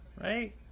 right